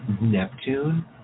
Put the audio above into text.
Neptune